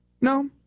no